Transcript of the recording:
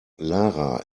lara